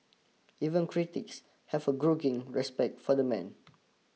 even critics have a grudging respect for the man